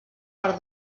per